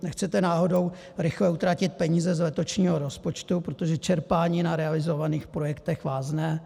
Nechcete náhodou rychle utratit peníze z letošního rozpočtu, protože čerpání na realizovaných projektech vázne?